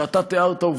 שאתה תיארת אותה,